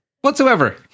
Whatsoever